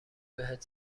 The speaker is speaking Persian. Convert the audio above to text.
بهت